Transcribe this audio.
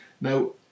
now